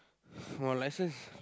for lessons